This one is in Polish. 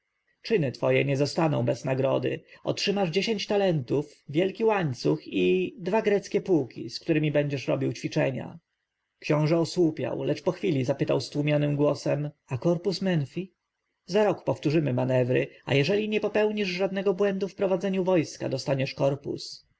twoje nie zostaną bez nagrody otrzymasz dziesięć talentów wielki łańcuch i dwa greckie pułki z któremi będziesz robił ćwiczenia książę osłupiał lecz po chwili zapytał stłumionym głosem a korpus menfi za rok powtórzymy manewry a jeżeli nie popełnisz żadnego błędu w prowadzeniu wojska dostaniesz korpus